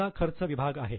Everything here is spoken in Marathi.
पुढचा खर्च विभाग आहे